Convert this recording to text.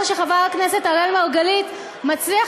דבר שחבר הכנסת אראל מרגלית מצליח